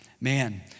Man